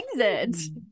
exit